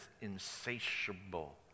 insatiable